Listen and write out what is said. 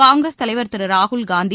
காங்கிரஸ் தலைவர் திரு ராகுல் காந்தி